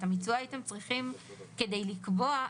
את המיצוע הייתם צריכים כדי לקבוע.